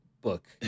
book